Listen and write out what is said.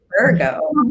Virgo